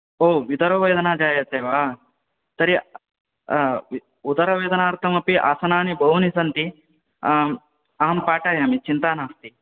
हो उदरौ वेदना जायते वा तर्हि उदरवेदनार्थमपि आसनानि बहूनि सन्ति अहं पाठयामि चिन्ता नास्ति